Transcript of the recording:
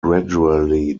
gradually